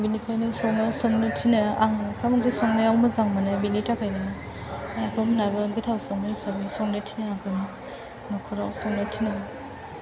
बेनिखायनो सङो संनो थिनो आं ओंखाम ओंख्रि संनायाव मोजां मोनो बेनि थाखायनो आइ आफा मोनहाबो गोथाव सङो हिसाबै संनो थिनो आंखौहाय न'खराव संनो थिनो